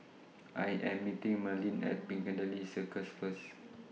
I Am meeting Merlene At Piccadilly Circus First